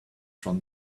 from